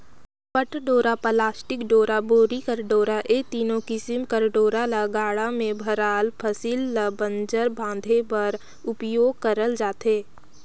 पट डोरा, पलास्टिक डोरा, बोरी कर डोरा ए तीनो किसिम कर डोरा ल गाड़ा मे भराल फसिल ल बंजर बांधे बर उपियोग करल जाथे